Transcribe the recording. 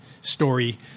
story